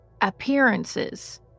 appearances